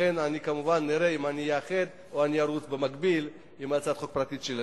לכן נראה אם אני אאחד או ארוץ במקביל עם הצעת חוק פרטית שלי.